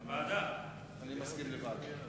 אני מסכים לוועדה.